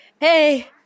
Hey